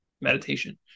meditation